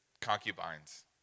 concubines